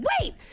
wait